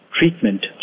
treatment